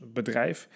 bedrijf